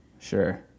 sure